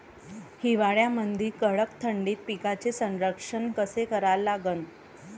हिवाळ्यामंदी कडक थंडीत पिकाचे संरक्षण कसे करा लागन?